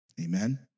Amen